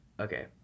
Okay